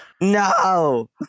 No